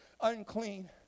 unclean